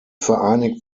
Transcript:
vereinigt